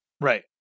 Right